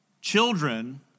children